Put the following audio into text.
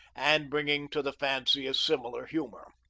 and bringing to the fancy a similar humor.